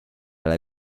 ole